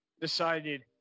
decided